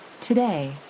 Today